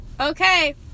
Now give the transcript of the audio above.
Okay